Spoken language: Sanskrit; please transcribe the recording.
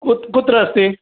कुत्र कुत्र अस्ति